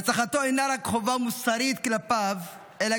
הנצחתו אינה רק חובה מוסרית כלפיו אלא